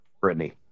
Brittany